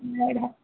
ମେଢ଼